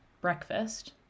breakfast